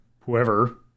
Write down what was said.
whoever